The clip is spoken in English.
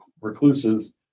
recluses